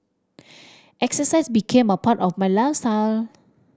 exercise became a part of my lifestyle